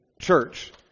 church